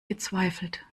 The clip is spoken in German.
gezweifelt